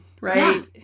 right